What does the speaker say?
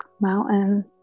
mountain